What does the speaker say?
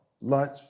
lunch